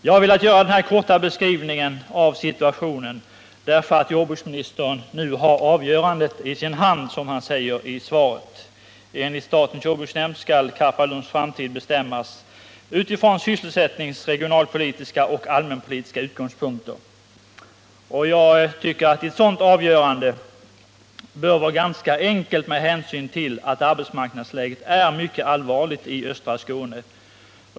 Jag har velat göra denna korta beskrivning av situationen, eftersom jordbruksministern nu, som han säger i sitt svar, har avgörandet i sin hand. Enligt statens jordbruksnämnd skall Karpalunds framtid bestämmas utifrån sysselsättnings-, regionaloch allmänpolitiska utgångspunkter, och jag tycker att ett sådant avgörande bör vara ganska enkelt med hänsyn till att arbetsmarknadsläget är mycket allvarligt i östra Skåne.